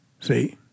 See